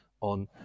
on